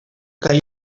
kaj